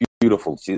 beautiful